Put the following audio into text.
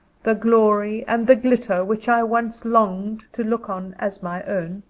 the glory and the glitter which i once longed to look on as my own,